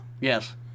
Yes